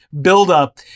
buildup